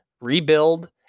rebuild